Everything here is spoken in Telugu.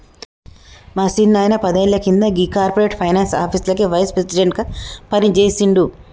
మా సిన్నాయిన పదేళ్ల కింద గీ కార్పొరేట్ ఫైనాన్స్ ఆఫీస్లకి వైస్ ప్రెసిడెంట్ గా పనిజేసిండు